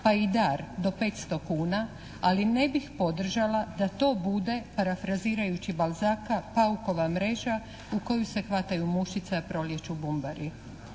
pa i dar do 500 kuna, ali ne bih podržala da to bude parafrazirajući Balzaca paukova mreža u koju se hvataju mušice, a prolijeću bumbari.